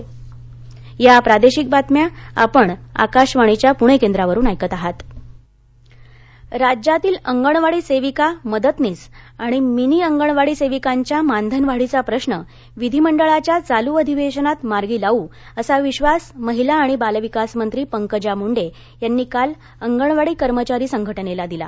पंकजा मुंडे राज्यातील अंगणवाडी सेविका मदतनीस आणि मिनी अंगणवाडी सेविकांच्या मानधनवाढीचा प्रश्न विधीमंडळाच्या चालू अधिवेशनात मार्गी लावू असा विश्वास महिला आणि बालविकास मंत्री पंकजा मुंडे यांनी काल अंगणवाडी कर्मचारी संघटनेला दिला